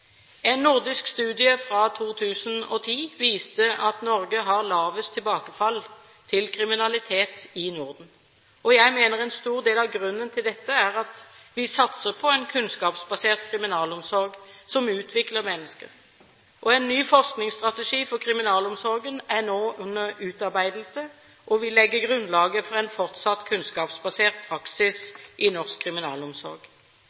Norge har lavest tilbakefall til kriminalitet i Norden. Jeg mener en stor del av grunnen til dette er at vi satser på en kunnskapsbasert kriminalomsorg som utvikler mennesker. En ny forskningsstrategi for kriminalomsorgen er nå under utarbeidelse og vil legge grunnlaget for en fortsatt kunnskapsbasert